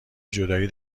جدایی